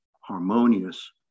harmonious